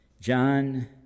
John